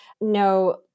no